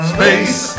Space